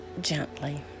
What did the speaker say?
gently